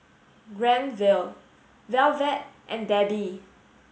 Granville Velvet and Debbi